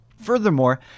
Furthermore